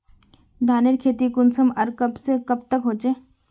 धानेर खेती कुंसम आर कब से कब तक होचे?